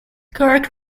kirk